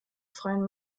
freien